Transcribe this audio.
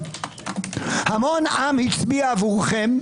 המון עם הצביע עבורכם,